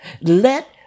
let